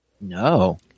No